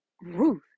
Ruth